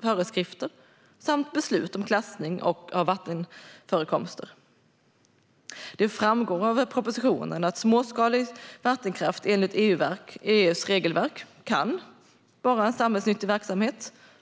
föreskrifter samt beslut om klassning av vattenförekomster. Det framgår av propositionen att småskalig vattenkraft enligt EU:s regelverk kan vara en samhällsnyttig verksamhet.